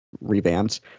revamped